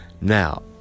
now